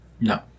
No